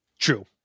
True